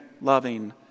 loving